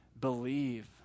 believe